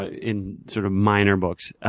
ah in sort of minor books.